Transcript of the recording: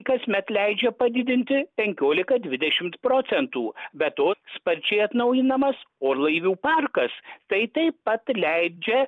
kasmet leidžia padidinti penkiolika dvidešimt procentų be to sparčiai atnaujinamas orlaivių parkas tai taip pat leidžia